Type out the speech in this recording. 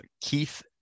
Keith